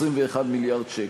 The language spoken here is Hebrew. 21 מיליארד שקל,